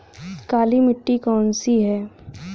काली मिट्टी कौन सी है?